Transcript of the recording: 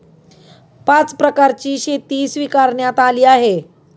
पाच प्रकारची शेती स्वीकारण्यात आली आहे